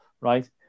right